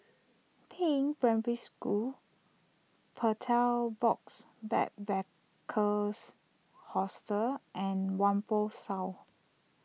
Peiying Primary School Betel Box Backpackers Hostel and Whampoa South